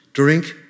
drink